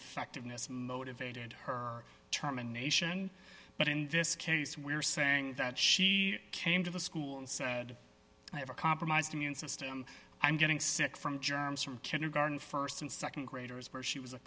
ineffectiveness motivated her term a nation but in this case we're saying that she came to the school and said i have a compromised immune system i'm getting sick from germs from kindergarten st and nd graders where she was a